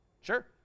sure